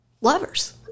lovers